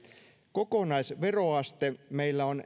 kokonaisveroaste meillä on